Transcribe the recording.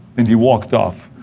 and he walked off.